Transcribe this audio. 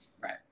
right